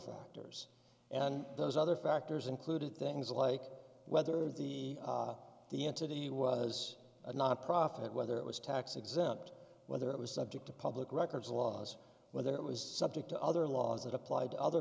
factors and those other factors included things like whether the the entity was a nonprofit whether it was tax exempt whether it was subject to public records laws whether it was subject to other laws that applied to other